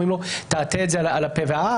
אומרים לו: תעטה את זה על הפה והאף,